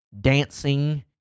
dancing